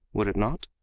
would it not?